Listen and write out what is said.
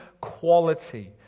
quality